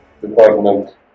department